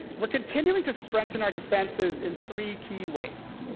we're continuing to strengthen our defenses in three key ways.